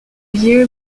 year